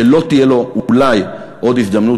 שלא תהיה לו אולי עוד הזדמנות,